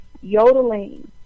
yodeling